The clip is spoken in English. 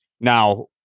now